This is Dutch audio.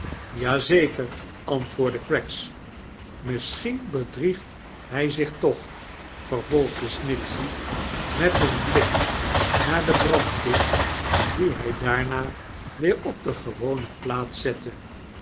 zeker antwoordde oraggs misschien bedriegt hij zich toch vervolgde snitchey met een blik naar de brandkist die hij daarna weer op de gewone plaats zette